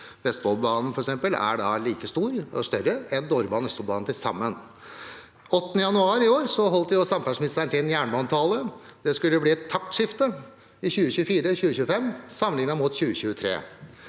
Vestfoldbanen større enn Dovrebanen og Østfoldbanen til sammen. Den 8. januar i år holdt samferdselsministeren sin jernbanetale. Det skulle bli et taktskifte i 2024/2025 sammenlignet med 2023.